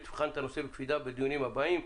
ותבחן את הנושא בקפידה בדיונים הבאים.